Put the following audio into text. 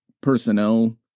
personnel